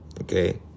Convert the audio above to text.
Okay